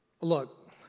Look